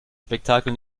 spektakel